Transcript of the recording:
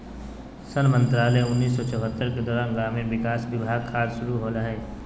सन मंत्रालय उन्नीस सौ चैह्त्तर के दौरान ग्रामीण विकास विभाग खाद्य शुरू होलैय हइ